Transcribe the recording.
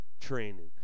training